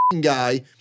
guy